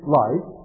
life